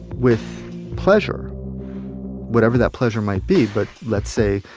with pleasure whatever that pleasure might be. but let's say,